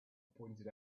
pointed